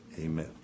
Amen